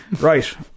right